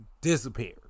disappeared